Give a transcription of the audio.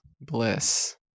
bliss